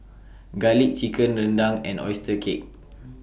Garlic Chicken Rendang and Oyster Cake